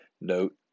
note